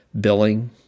billing